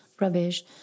rubbish